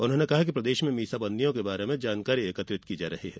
उन्होंने कहा कि प्रदेश में मीसाबंदियों के बारे में जानकारी एकत्रित की जा रही है